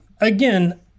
again